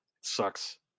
Sucks